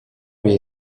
jej